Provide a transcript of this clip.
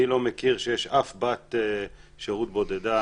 אני לא מכיר שיש אף בת שירות בודדה